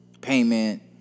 payment